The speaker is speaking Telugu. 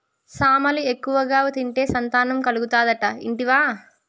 సామలు ఎక్కువగా తింటే సంతానం కలుగుతాదట ఇంటివా